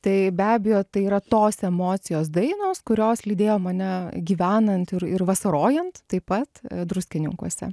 tai be abejo tai yra tos emocijos dainos kurios lydėjo mane gyvenant ir ir vasarojant taip pat druskininkuose